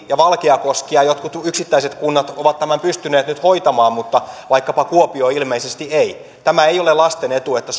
ja valkeakoski ja jotkut yksittäiset kunnat ovat tämän pystyneet nyt hoitamaan mutta vaikkapa kuopio ilmeisesti ei tämä ei ole lasten etu että